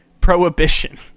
prohibition